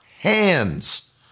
hands